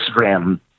Instagram